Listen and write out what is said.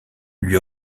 lui